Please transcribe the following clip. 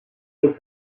took